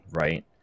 right